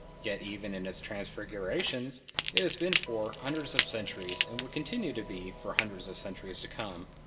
yet even in its transfigurations it has been for hundreds of centuries, and will continue to be for hundreds of centuries to come,